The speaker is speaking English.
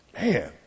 man